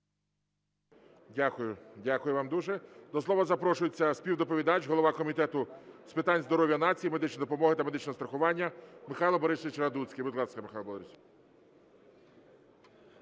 Дякую. Дякую вам дуже. До слова запрошується співдоповідач, голова Комітету з питань здоров'я нації, медичної допомоги та медичного страхування Михайло Борисович Радуцький.